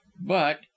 But—